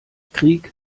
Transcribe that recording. krieg